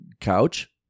Couch